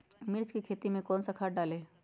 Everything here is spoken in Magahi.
मिर्च की खेती में कौन सा खाद डालें?